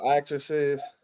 actresses